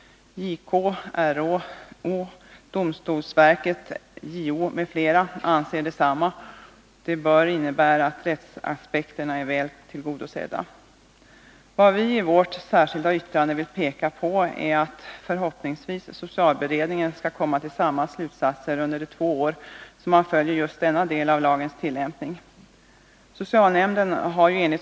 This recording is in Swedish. JK, RÅ, domstolsverket, JO m.fl. anser detsamma. Detta gör att rättsaspekterna torde vara väl tillgodosedda. I vårt särskilda yttrande vill vi peka på att socialberedningen förhoppningsvis skall komma till samma slutsatser under de två år som just denna del avlagens tillämpning följs.